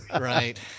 Right